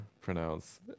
pronounce